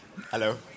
Hello